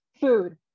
food